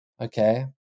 Okay